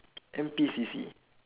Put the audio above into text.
N_P_C_C